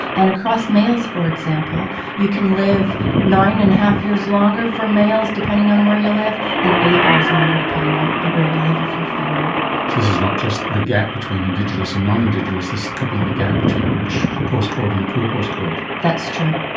and across males for example you can live nine. five years longer for males depending on where you live, and eight years longer depending on where you live if you're female. so this is not just the gap between indigenous and non-indigenous, this could be the gap between a rich postcode and a poor postcode. that's true.